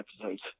episodes